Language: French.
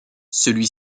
celui